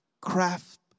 craft